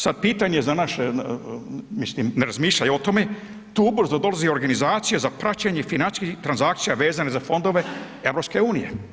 Sad pitanje za naše, mislim ne razmišljaju o tome …/nerazumljivo/… za dolazi organizacije za praćenje financijskih transakcija vezane za fondove EU.